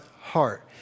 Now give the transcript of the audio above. heart